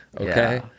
okay